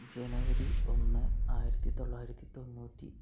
ജനവരി ഒന്ന് ആയിരത്തി തൊള്ളായിരത്തി തൊണ്ണൂറ്റി ഒന്ന്